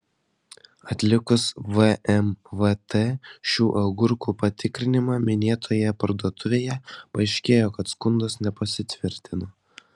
atlikus vmvt šių agurkų patikrinimą minėtoje parduotuvėje paaiškėjo kad skundas nepasitvirtino